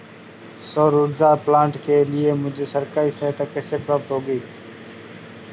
सौर ऊर्जा प्लांट के लिए मुझे सरकारी सहायता कैसे प्राप्त होगी?